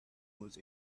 with